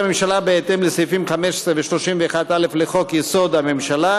הממשלה בהתאם לסעיפים 15 ו-31(א) לחוק-יסוד: הממשלה